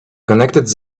connected